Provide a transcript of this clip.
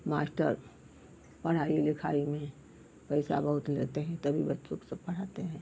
master पढ़ाई लिखाई में पैसा बहुत लेते हैं तभी बच्चों को सब पढ़ाते हैं